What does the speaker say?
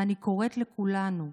ואני קוראת לכולנו,